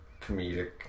comedic